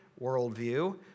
worldview